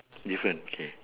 different K